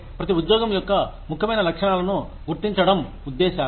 ప్రతి ఉద్యోగం యొక్క ముఖ్యమైన లక్షణాలను గుర్తించడం ఉద్దేశాలు